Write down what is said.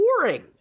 boring